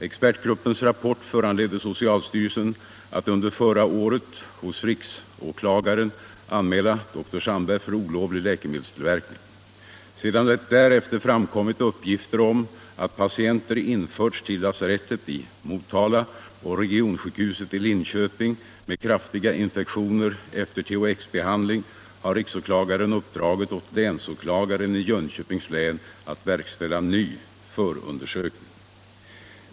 Expertgruppens rapport föranledde socialstyrelsen att under förra året hos riksåklagaren anmäla dr Sandberg för olovlig läkemedelstillverkning. Sedan det därefter framkommit uppgifter om att patienter införts till lasarettet i Motala och regionsjukhuset i Linköping med kraftiga infektioner efter THX-behandling har riksåklagaren uppdragit åt länsåklagaren i Jönköpings län att verkställa ny förundersökning.